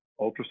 ultrasound